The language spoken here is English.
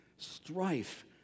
strife